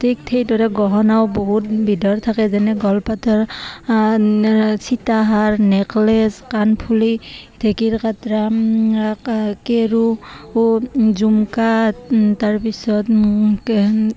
ঠিক সেইদৰে গহনাও বহুত বিধৰ থাকে যেনে গলপতাৰ সীতাহাৰ নেকলেছ কাণফুলি ঢেঁকীৰ কাটৰা কেৰু জুমকা তাৰপিছত এনকে